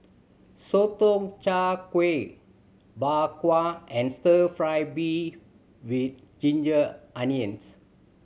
Sotong Char Kway Bak Kwa and Stir Fry beef with ginger onions